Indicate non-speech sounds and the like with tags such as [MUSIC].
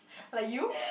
[BREATH] like you